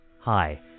Hi